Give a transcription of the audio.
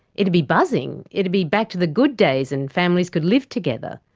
it would be buzzing. it would be back to the good days and families could live together.